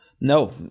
No